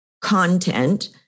content